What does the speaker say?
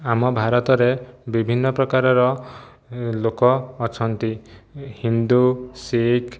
ଆମ ଭାରତରେ ବିଭିନ୍ନ ପ୍ରକାରର ଲୋକ ଅଛନ୍ତି ହିନ୍ଦୁ ଶିଖ୍